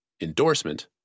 endorsement